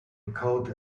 encode